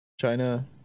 China